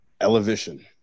elevation